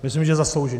Myslím, že zasloužím.